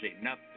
enough